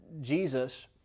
Jesus